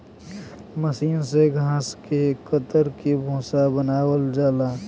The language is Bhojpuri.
मसीन से घास के कतर के भूसा बनावल जाला